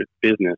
business